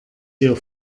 hier